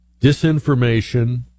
Disinformation